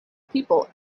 people